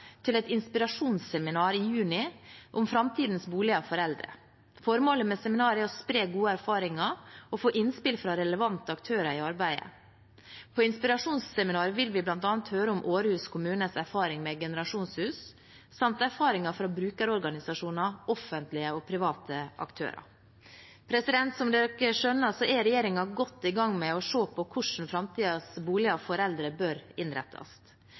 til et inspirasjonsseminar i juni om framtidens boliger for eldre. Formålet med seminaret er å spre gode erfaringer og få innspill fra relevante aktører i arbeidet. På inspirasjonsseminaret vil vi bl.a. høre om Århus kommunes erfaring med generasjonshus, samt erfaringer fra brukerorganisasjoner og offentlige og private aktører. Som dere skjønner, er regjeringen godt i gang med å se på hvordan framtidens boliger for eldre bør innrettes.